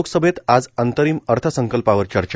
लोकसभेत आज अंतरिम अर्थ संकल्पावर चर्चा